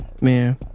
Man